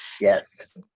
Yes